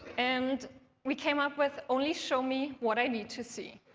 and we came up with only show me what i need to see.